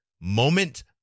Moment